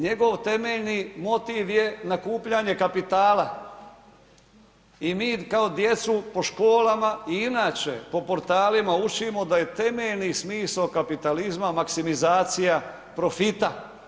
Njegov temeljni motiv je nakupljanje kapitala i mi kao djecu po školama i inače po portalima učimo da je temeljni smisao kapitalizma maksimizacija profita.